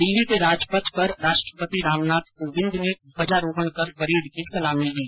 दिल्ली के राजपथ पर राष्ट्रपति रामनाथ कोविन्द ने ध्वजारोहण कर परेड की सलामी ली